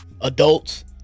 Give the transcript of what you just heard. adults